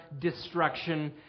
destruction